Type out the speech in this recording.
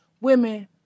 women